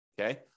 Okay